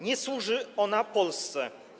Nie służy ona Polsce.